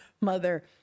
mother